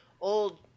old